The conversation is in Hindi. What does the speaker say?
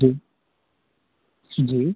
जी जी